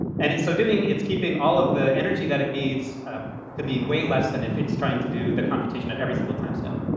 and in so doing, it's keeping all of the energy that it needs ah to be way less than if it's trying to do the computation at every single time step.